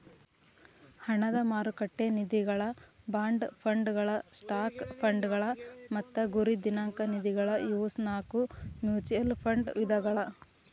ಹಣದ ಮಾರುಕಟ್ಟೆ ನಿಧಿಗಳ ಬಾಂಡ್ ಫಂಡ್ಗಳ ಸ್ಟಾಕ್ ಫಂಡ್ಗಳ ಮತ್ತ ಗುರಿ ದಿನಾಂಕ ನಿಧಿಗಳ ಇವು ನಾಕು ಮ್ಯೂಚುಯಲ್ ಫಂಡ್ ವಿಧಗಳ